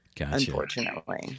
unfortunately